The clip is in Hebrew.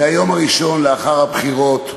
מהיום הראשון לאחר הבחירות נגררת: